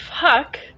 Fuck